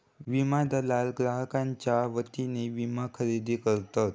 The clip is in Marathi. विमा दलाल ग्राहकांच्यो वतीने विमा खरेदी करतत